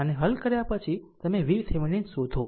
આને હલ કર્યા પછી તમે VThevenin શોધો